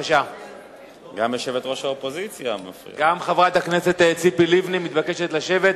גם חברת הכנסת ציפי לבני מתבקשת לשבת.